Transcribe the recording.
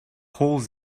holes